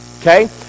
okay